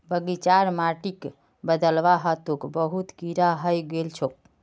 बगीचार माटिक बदलवा ह तोक बहुत कीरा हइ गेल छोक